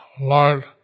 Lord